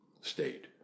state